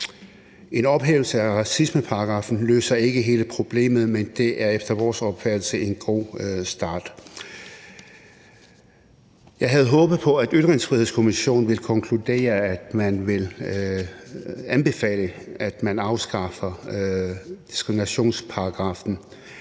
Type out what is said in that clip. En ophævelse af racismeparagraffen løser ikke hele problemet, men det er efter vores opfattelse en god start. Jeg havde håbet på, at Ytringsfrihedskommissionen ville konkludere, at man ville anbefale at afskaffe diskriminationsparagraffen,